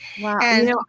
Wow